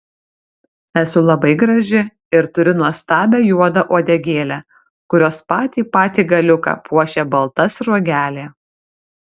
esu labai graži ir turiu nuostabią juodą uodegėlę kurios patį patį galiuką puošia balta sruogelė